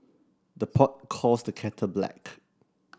the pot calls the kettle black